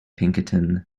pinkerton